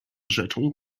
rzeczą